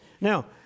Now